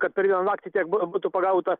kad per vieną naktį tiek bu būtų pagauta